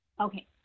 Okay